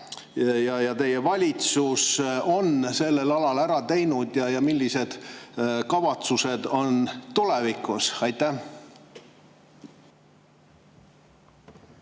ja praegune valitsus sellel alal ära teinud ja millised kavatsused on tulevikus? Aitäh!